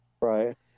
Right